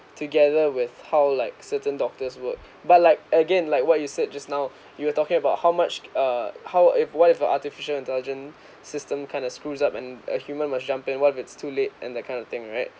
together with how like certain doctors work but like again like what you said just now you were talking about how much uh how if what if a artificial intelligence system kind of screws up and a human must jump in what if its too late and that kind of thing right